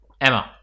Emma